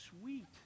sweet